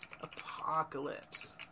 Apocalypse